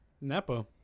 Napa